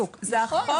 נכון.